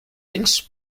ells